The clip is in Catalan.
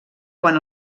quan